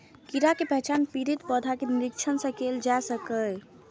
कीड़ा के पहचान पीड़ित पौधा के निरीक्षण सं कैल जा सकैए